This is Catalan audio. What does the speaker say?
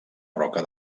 roca